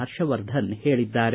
ಹರ್ಷವರ್ಧನ್ ಹೇಳಿದ್ದಾರೆ